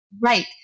Right